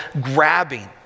grabbing